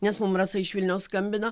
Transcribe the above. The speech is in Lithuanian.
nes mum rasa iš vilniaus skambino